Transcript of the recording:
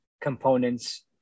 components